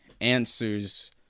answers